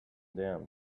down